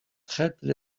traitent